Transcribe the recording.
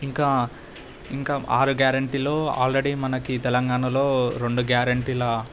ఇంకా ఇంకా ఆరు గ్యారంటీలో ఆల్రడీ మనకి తెలంగాణలో రెండు గ్యారంటీల